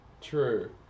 true